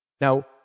Now